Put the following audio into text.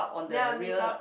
ya miss out